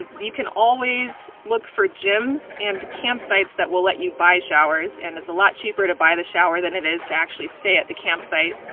you can always look for gyms and campsites that will let you buy showers, and it's a lot cheaper to buy the shower than it is to actually stay at the campsite.